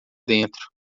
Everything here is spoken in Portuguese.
dentro